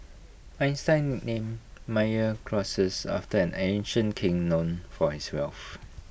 Einstein name Meyer Croesus after an ancient king known for his wealth